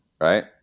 right